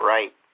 Right